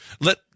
Let